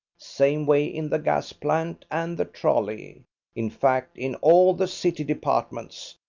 same way in the gas plant and the trolley in fact in all the city departments.